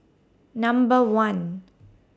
Number one